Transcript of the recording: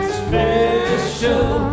special